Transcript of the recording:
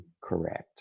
correct